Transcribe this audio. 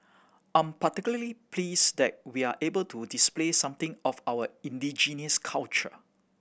I'm particularly pleased that we're able to display something of our indigenous culture